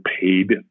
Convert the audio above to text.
paid